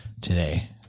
today